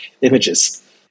images